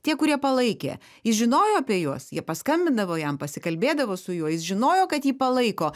tie kurie palaikė jis žinojo apie juos jie paskambindavo jam pasikalbėdavo su juo jis žinojo kad jį palaiko